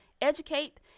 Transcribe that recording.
educate